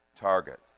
target